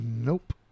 Nope